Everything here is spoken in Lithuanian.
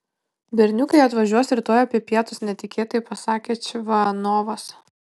berniukai atvažiuos rytoj apie pietus netikėtai pasakė čvanovas